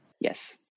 Yes